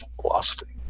philosophy